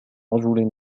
رجل